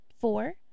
Four